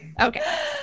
Okay